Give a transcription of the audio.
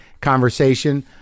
conversation